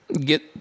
get